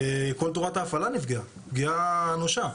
כל תורת ההפעלה נפגעה פגיעה אנושה.